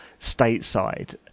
stateside